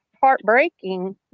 heartbreaking